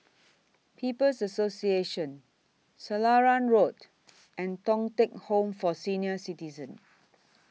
People's Association Selarang Road and Thong Teck Home For Senior Citizens